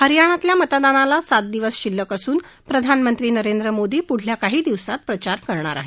हरियाणातल्या मतदानाला सात दिवस शिल्लक असून प्रधानमंत्री नरेंद्र मोदी पुढल्या काही दिवसात प्रचार करणार आहेत